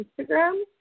Instagram